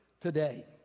today—